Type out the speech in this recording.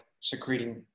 secreting